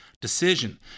Decision